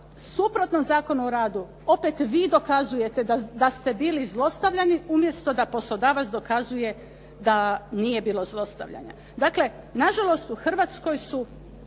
suprotno Zakonu o radu opet vi dokazujete da ste bili zlostavljani umjesto da poslodavac dokazuje da nije bilo zlostavljanja. Dakle, nažalost u Hrvatskoj su